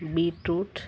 beetroot